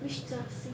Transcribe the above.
which jia xin